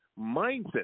mindset